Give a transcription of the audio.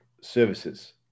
services